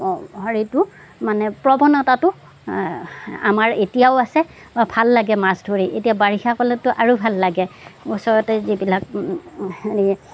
হেৰিটো মানে প্ৰৱণতাটো আমাৰ এতিয়াও আছে ভাল লাগে মাছ ধৰি এতিয়া বাৰিষা কালত ত' আৰু ভাল লাগে ওচৰতে যিবিলাক হেৰি